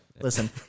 Listen